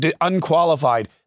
unqualified